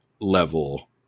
level